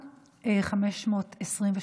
מס' 523,